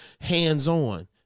hands-on